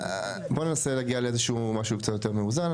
בואו ננסה להגיע לאיזה משהו קצת יותר מאוזן.